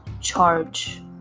charge